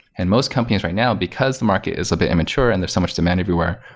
and most companies right now, because the market is a bit immature and there's so much demand everywhere,